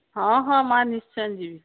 ହଁ ହଁ ମାଆ ନିଶ୍ଚୟ ଯିବି